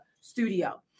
studio